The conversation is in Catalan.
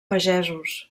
pagesos